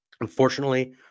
Unfortunately